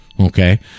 Okay